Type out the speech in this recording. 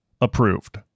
Approved